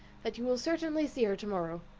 that you will certainly see her to-morrow.